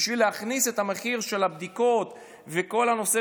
להכניס את המחיר של הבדיקות וכל הנושא